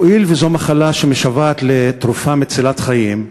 הואיל וזו מחלה שמשוועת לתרופה מצילת חיים,